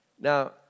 Now